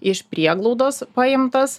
iš prieglaudos paimtas